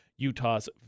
Utah's